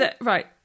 right